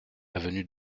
avenue